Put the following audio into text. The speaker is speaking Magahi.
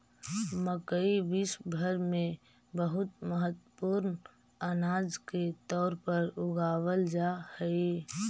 मकई विश्व भर में बहुत महत्वपूर्ण अनाज के तौर पर उगावल जा हई